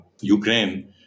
ukraine